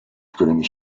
którymi